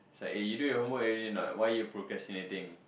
it's like eh you do your homework already not why you procrastinating